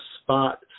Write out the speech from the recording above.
spot